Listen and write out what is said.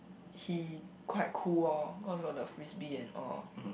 he quite cool oh cause got the Frisbee and all